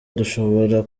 dushobora